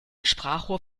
sprachrohr